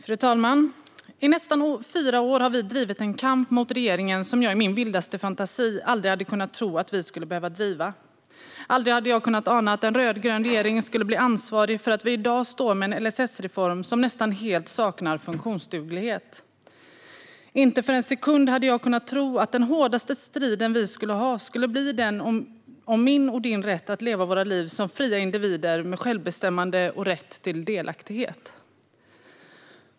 Fru talman! I nästan fyra år har vi drivit en kamp mot regeringen som jag aldrig i min vildaste fantasi hade kunnat tro att vi skulle behöva driva. Aldrig hade jag kunnat ana att en rödgrön regering skulle bli ansvarig för att vi i dag står med en LSS-reform som nästan helt saknar funktionsduglighet. Inte för en sekund hade jag kunnat tro att den hårdaste striden vi skulle ha skulle bli den om min och din rätt att leva våra liv som fria individer med självbestämmande och rätt till delaktighet.